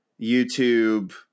youtube